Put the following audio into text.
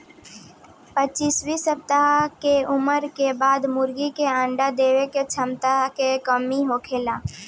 पच्चीस सप्ताह के उम्र के बाद मुर्गी के अंडा देवे के क्षमता में कमी होखे लागेला